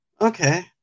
okay